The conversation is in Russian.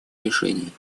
решений